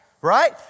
right